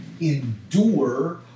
endure